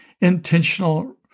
intentional